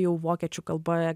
jau vokiečių kalba